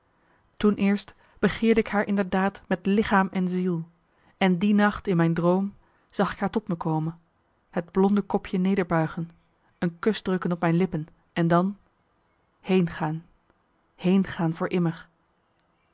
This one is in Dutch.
toen eerst begeerde ik haar inderdaad met lichaam en ziel en die nacht in mijn droom zag ik haar tot me komen het blonde kopje nederbuigen een kus drukken op mijn lippen en dan heengaan heengaan voor immer